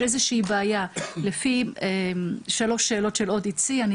איזושהי בעיה לפי שלוש שאלות של "ODC",